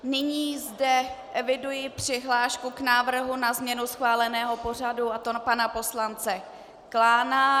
Nyní zde eviduji přihlášku k návrhu na změnu schváleného pořadu, a to pana poslance Klána.